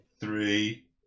three